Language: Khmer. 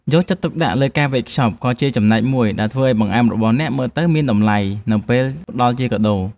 យកចិត្តទុកដាក់លើការវេចខ្ចប់ក៏ជាចំណែកមួយដែលធ្វើឱ្យបង្អែមរបស់អ្នកមើលទៅមានតម្លៃនៅពេលផ្ដល់ជាកាដូ។